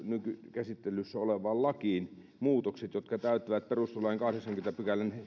käsittelyssä olevaan lakiin muutokset jotka täyttävät perustuslain kahdeksannenkymmenennen pykälän